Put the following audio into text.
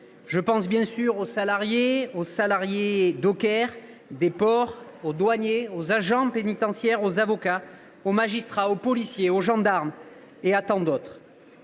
Je pense bien sûr aux dockers, aux salariés des ports, aux douaniers, aux agents pénitentiaires, aux avocats, aux magistrats, aux policiers, aux gendarmes et à tant d’autres.